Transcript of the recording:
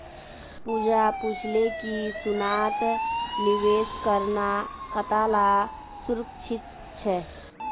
पूजा पूछले कि सोनात निवेश करना कताला सुरक्षित छे